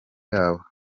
yabo